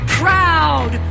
proud